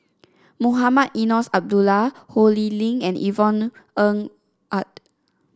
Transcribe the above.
Mohamed Eunos Abdullah Ho Lee Ling and Yvonne Ng Uhde